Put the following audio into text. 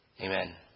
Amen